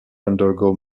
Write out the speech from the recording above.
undergo